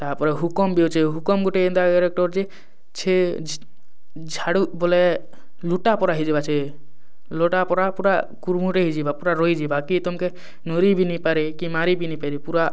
ତା'ପରେ ହୁକମ ବି ଅଛେ ହୁକମ ଗୁଟେ ଏନ୍ତା କାରେକ୍ଟର୍ ଯେ ଝାଡୁ଼ୁ ବୋଲେ ଲୁଟା ପରା ହେଇଯିବା ଛେ ଲଟା ପରା ପଡ଼ା କୁର୍ ମୁର୍ ହେଇଯିବା ପୁରା ରହିଯିବା କି ତୁମକେ ନୁଁରି ବି ନେଇଁପାରେ କି ମାରି ବି ନେଇଁପାରେ ପୁରା